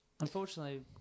Unfortunately